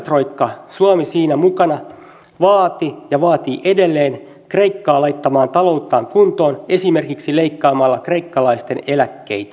velkatroikka suomi siinä mukana vaati ja vaatii edelleen kreikkaa laittamaan talouttaan kuntoon esimerkiksi leikkaamalla kreikkalaisten eläkkeitä